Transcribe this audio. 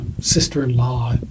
sister-in-law